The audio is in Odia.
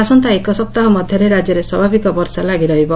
ଆସନ୍ତା ଏକସପ୍ତାହ ମଧ୍ୟରେ ରାଜ୍ୟରେ ସ୍ୱାଭାବିକ ବର୍ଷା ଲାଗିରହିବ